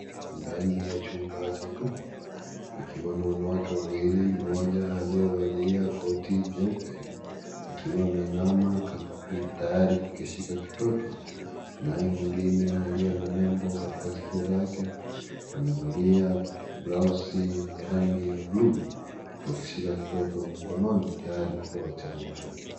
Ndani ya chumba cha huduma, pakiwa wanawake wawili mmoja aliyevalia koti jeupe, akiwa ameinama tayari kukishika kitoto, naye mwingine aliye na nembo katika sikio lake, amevalia blausi ya rangi ya (cs)blue (cs), akishika kitoto mkononi tayari kupewa chanjo.